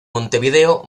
montevideo